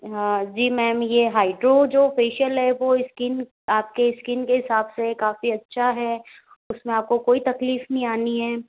हाँ जी मेम ये हाइड्रो जो फेशियल है वो स्किन आपके स्किन के हिसाब से काफ़ी अच्छा है उसमें आपको कोई तकलीफ नहीं आनी है